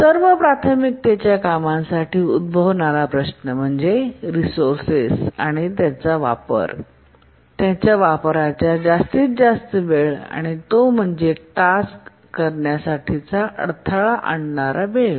सर्व प्राथमिकतेच्या कामांसाठी उद्भवणारा प्रश्न म्हणजे रिसोर्सेस त्यांचा वापर आणि त्यांचा वापरण्याचा जास्तीत जास्त वेळ आणि तो म्हणजे टास्क करण्यासाठी अडथळा आणणारा वेळ